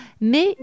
mais